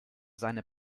seine